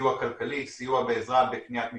סיוע כלכלי, עזרה בקניית מצרכים,